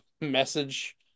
message